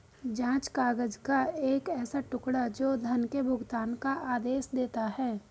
जाँच काग़ज़ का एक ऐसा टुकड़ा, जो धन के भुगतान का आदेश देता है